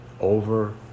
over